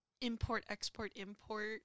import-export-import